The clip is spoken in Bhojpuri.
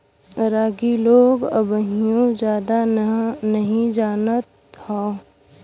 रागी लोग अबहिओ जादा नही जानत हौ